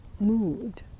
mood